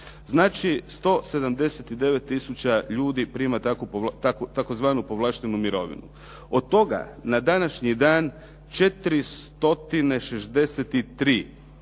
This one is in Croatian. Znači 179 tisuća ljudi prima tzv. povlaštenu mirovinu. Od toga na današnji dan 463